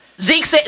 Zeke